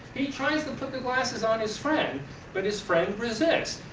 he tries to put the glasses on his friend but his friend resists.